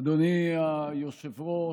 אדוני היושב-ראש,